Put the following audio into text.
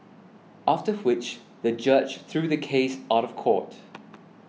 after which the judge threw the case out of court